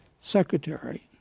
secretary